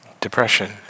Depression